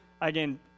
again